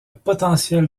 potentiel